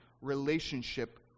relationship